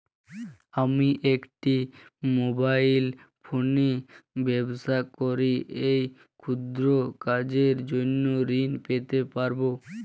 আমি একটি মোবাইল ফোনে ব্যবসা করি এই ক্ষুদ্র কাজের জন্য ঋণ পেতে পারব?